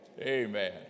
Amen